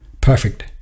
Perfect